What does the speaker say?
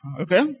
Okay